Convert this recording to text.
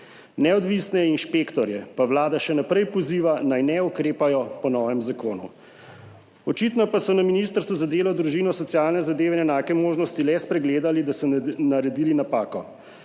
Neodvisne inšpektorje pa Vlada še naprej poziva, naj ne ukrepajo po novem zakonu. Očitno pa so na Ministrstvu za delo, družino, socialne zadeve in enake možnosti le spregledali, da so naredili napako.